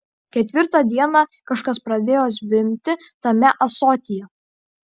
ketvirtą dieną kažkas pradėjo zvimbti tame ąsotyje